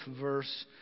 verse